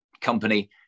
company